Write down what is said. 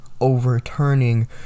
overturning